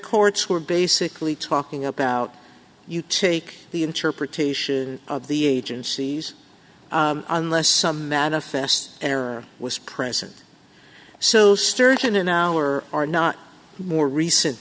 courts were basically talking about you take the interpretation of the agencies unless some manifest error was present so sturgeon an hour are not more recent